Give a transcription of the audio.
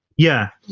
yeah.